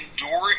endure